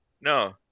No